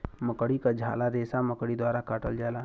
मकड़ी क झाला रेसा मकड़ी द्वारा काटल जाला